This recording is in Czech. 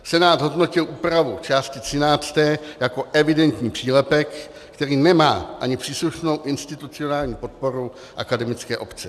Senát zhodnotil úpravu části 13. jako evidentní přílepek, který nemá ani příslušnou institucionální podporu akademické obce.